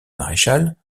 maréchal